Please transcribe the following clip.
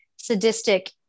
sadistic